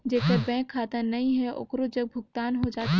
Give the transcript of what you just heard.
जेकर बैंक खाता नहीं है ओकरो जग भुगतान हो जाथे?